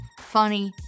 funny